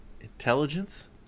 intelligence